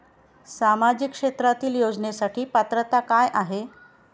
सामाजिक क्षेत्रांतील योजनेसाठी पात्रता काय आहे?